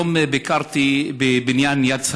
היום ביקרתי בבניין יד שרה,